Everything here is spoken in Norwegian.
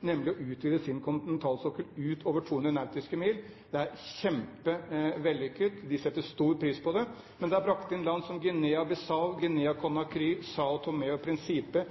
nemlig ved å utvide deres kontinentalsokkel utover 200 nautiske mil. Det er kjempevellykket, og de setter stor pris på det, men det har brakt inn land som Guinea Bissau, Guinea Conakry, Sâo Tomé og Príncipe,